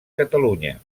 catalunya